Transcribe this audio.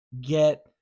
get